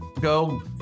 Go